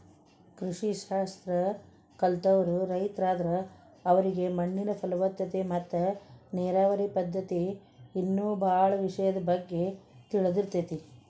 ಕೃಷಿ ಶಾಸ್ತ್ರ ಕಲ್ತವ್ರು ರೈತರಾದ್ರ ಅವರಿಗೆ ಮಣ್ಣಿನ ಫಲವತ್ತತೆ ಮತ್ತ ನೇರಾವರಿ ಪದ್ಧತಿ ಇನ್ನೂ ಬಾಳ ವಿಷಯದ ಬಗ್ಗೆ ತಿಳದಿರ್ತೇತಿ